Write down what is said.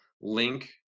link